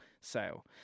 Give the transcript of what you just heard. sale